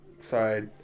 sorry